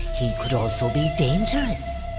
he could also be dangerous.